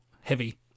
heavy